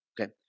Okay